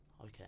Okay